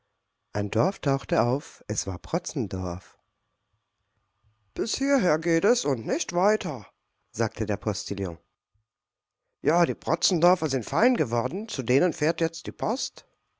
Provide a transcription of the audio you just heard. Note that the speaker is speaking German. ein dorf tauchte auf es war protzendorf bis hierher geht es und nicht weiter sagte der postillion ja die protzendorfer sind fein geworden zu denen fährt jetzt die post